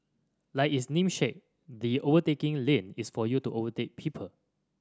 like its namesake the overtaking lane is for you to overtake people